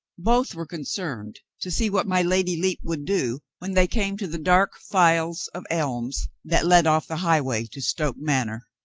both were concerned to see what my lady lepe would do when they came to the dark files of elms that led off the highway to stoke manor.